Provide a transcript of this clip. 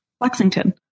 lexington